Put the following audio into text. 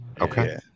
okay